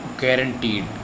guaranteed